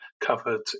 covered